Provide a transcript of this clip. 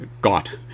got